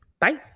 Bye